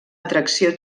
atracció